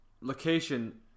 location